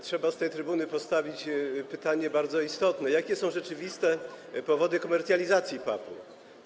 Trzeba z tej trybuny postawić pytanie bardzo istotne: Jakie są rzeczywiste powody komercjalizacji PAP-u?